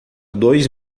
dois